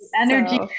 energy